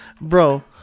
Bro